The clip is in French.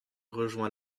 rejoint